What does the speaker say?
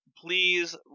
please